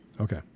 Okay